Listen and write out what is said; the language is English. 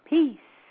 Peace